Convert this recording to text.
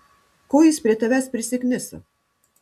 ko jis prie tavęs prisikniso